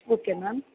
okay ma'am